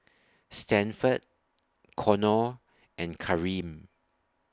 Stanford Conor and Kareem